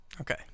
Okay